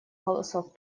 голосов